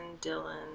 Dylan